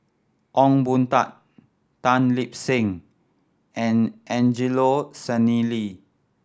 Ong Boon Tat Tan Lip Seng and Angelo Sanelli